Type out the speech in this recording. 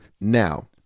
Now